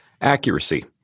Accuracy